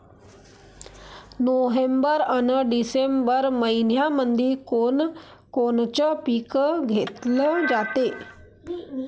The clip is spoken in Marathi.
नोव्हेंबर अन डिसेंबर मइन्यामंधी कोण कोनचं पीक घेतलं जाते?